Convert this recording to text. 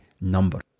number